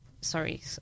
sorry